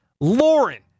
Lauren